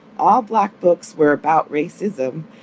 all black books were about racism,